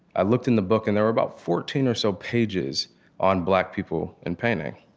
i looked in the book, and there were about fourteen or so pages on black people and painting.